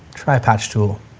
try patch tool,